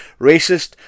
racist